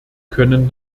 können